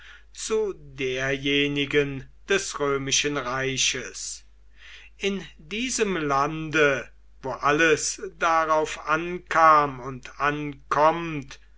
zu derjenigen des römischen reiches in diesem lande wo alles darauf ankam und ankommt